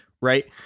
right